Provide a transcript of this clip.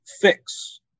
fix